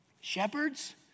shepherds